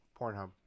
Pornhub